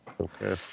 Okay